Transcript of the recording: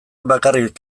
bakarrik